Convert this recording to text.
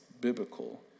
biblical